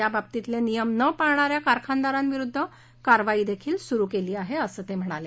याबाबतीतले नियम न पाळणा या कारखानदारांविरूद्ध कारवाईदेखील सुरू केली आहे असं ते म्हणाले